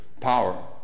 power